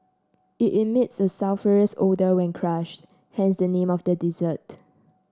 it emits a sulphurous odour when crushed hence the name of the dessert